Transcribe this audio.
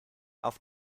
auf